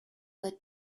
that